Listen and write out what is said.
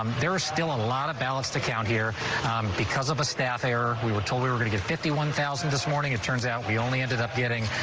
um there are still a lot of ballots to count here because of a staff error we were told we were going to fifty one thousand this morning it turns out the only ended up getting.